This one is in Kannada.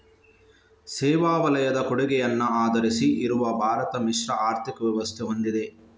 ಸೇವಾ ವಲಯದ ಕೊಡುಗೆಯನ್ನ ಆಧರಿಸಿ ಇರುವ ಭಾರತ ಮಿಶ್ರ ಆರ್ಥಿಕ ವ್ಯವಸ್ಥೆ ಹೊಂದಿದೆ